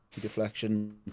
deflection